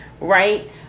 Right